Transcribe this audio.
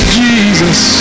jesus